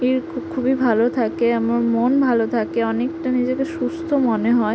খুবই ভালো থাকে আমার মন ভালো থাকে অনেকটা নিজেকে সুস্থ মনে হয়